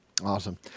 Awesome